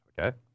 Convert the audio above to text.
okay